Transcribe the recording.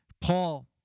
Paul